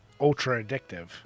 ultra-addictive